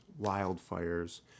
wildfires